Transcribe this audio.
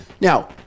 Now